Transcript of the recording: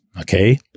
Okay